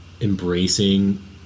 embracing